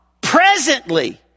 presently